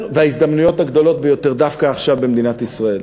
וההזדמנויות הגדולות ביותר דווקא עכשיו במדינת ישראל.